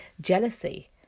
jealousy